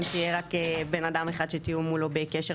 שיהיה רק בן אדם אחד שתהיו מולו בקשר.